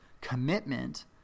commitment